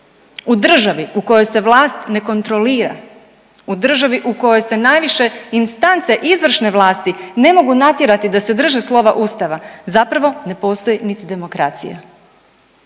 U državi u kojoj se vlast ne kontrolira, u državi u kojoj se najviše instance izvršne vlasti ne mogu natjerati da se drže slova ustava zapravo ne postoji niti demokracija,